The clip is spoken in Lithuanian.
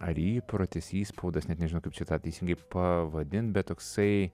ar įprotis įspaudas net nežinau kaip čia tą teisingai pavadinti bet toksai